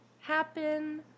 happen